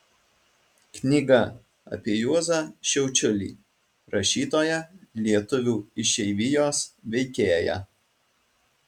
knyga apie juozą šiaučiulį rašytoją lietuvių išeivijos veikėją